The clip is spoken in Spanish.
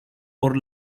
por